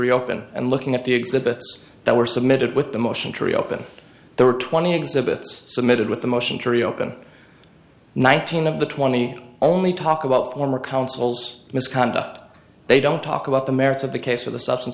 reopen and looking at the exhibits that were submitted with the motion to reopen there were twenty exhibits submitted with a motion to reopen nineteen of the twenty only talk about former counsel's misconduct they don't talk about the merits of the case of the substance